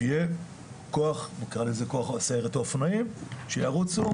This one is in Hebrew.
שיהיה כוח או סיירת שירוצו,